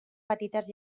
petites